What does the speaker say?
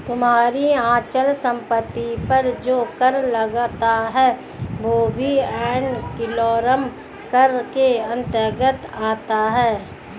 तुम्हारी अचल संपत्ति पर जो कर लगता है वह भी एड वलोरम कर के अंतर्गत आता है